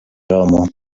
romo